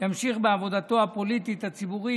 ימשיך בעבודתו הפוליטית והציבורית.